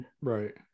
right